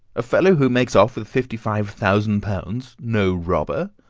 a fellow who makes off with fifty-five thousand pounds, no robber?